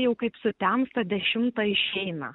jau kaip sutemsta dešimtą išeina